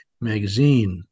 magazine